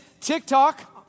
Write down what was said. TikTok